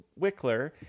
Wickler